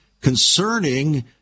concerning